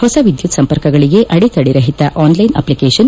ಹೊಸ ಎದ್ಯುತ್ ಸಂಪರ್ಕಗಳಗೆ ಅಡೆ ತಡೆ ರಹಿತ ಆನ್ ಲೈನ್ ಅಪ್ಲಿಕೇಷನ್